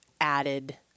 added